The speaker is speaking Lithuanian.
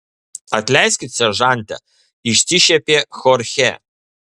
atleiskit seržante išsišiepė chorchė